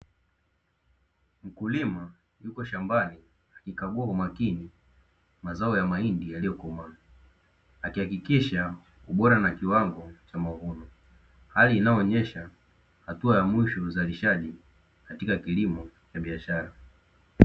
Mkulima yupo shambani, akikagua kwa umakini mazao ya mahindi yaliyokomaa, akihakikisha ubora na kiwango cha mavuno, hali inayoonyesha hatua ya mwisho ya uzalishaji katika kilimo cha biashara.